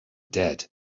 dead